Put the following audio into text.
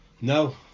no